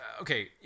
Okay